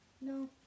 No